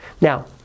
Now